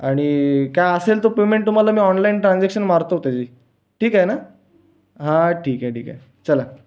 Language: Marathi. आणि काय असेल तो पेमेंट तुम्हाला मी ऑनलाइन ट्रानजेक्शन मारतो तेची ठीक आहे ना हां ठीक आहे ठीक आहे चला